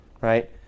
right